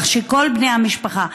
כך שכל בני המשפחה,